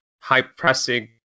high-pressing